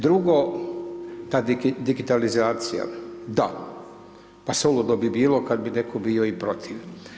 Drugo, kad je digitalizacija, da, pa suludo bi bilo kad bi netko bio i protiv.